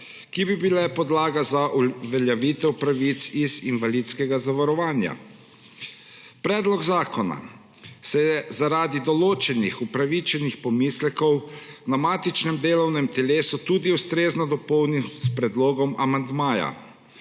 ki bi bile podlaga za uveljavitev pravic iz invalidskega zavarovanja. Predlog zakona se je zaradi določenih upravičenih pomislekov na matičnem delovnem telesu tudi ustrezno dopolnil s predlogom amandmaja.